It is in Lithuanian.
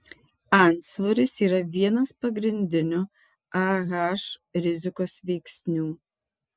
antsvoris yra vienas pagrindinių ah rizikos veiksnių